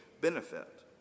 benefit